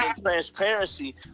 transparency